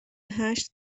هشت